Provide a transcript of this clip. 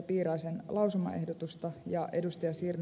piiraisen lausumaehdotusta ja ed